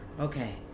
Okay